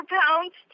pounds